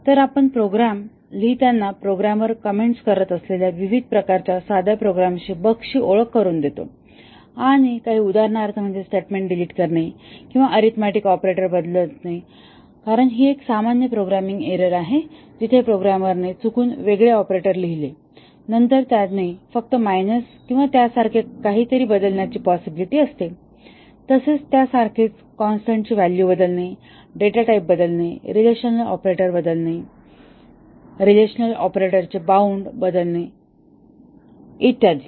तर आपण प्रोग्राम लिहिताना प्रोग्रामर कॉमिट्स करत असलेल्या विविध प्रकारच्या साध्या प्रोग्रामिंग बग्सची ओळख करून देतो आणि काही उदाहरणार्थ म्हणजे स्टेटमेंट डिलीट करणे आणि अरिथमेटिक ऑपरेटर बदलत आहे कारण ही एक सामान्य प्रोग्रामिंग एरर आहे जिथे प्रोग्रामरने चुकून वेगळे ऑपरेटर लिहिले नंतर त्याने फक्त माइनस किंवा त्यासारखे काहीतरी बदलण्याची पॉसिबीलीटी असते तसेच त्या सारखेच कॉन्स्टन्टची व्हॅल्यू बदलणे डेटा टाईप बदलणे रिलेशनल ऑपरेटर बदलणे रिलेशनल ऑपरेटरचे बॉउंड बदलणे इत्यादी